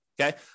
Okay